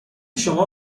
شما